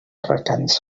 recança